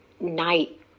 night